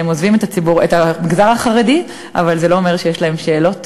הם עוזבים את המגזר החרדי אבל זה לא אומר שיש להם שאלות.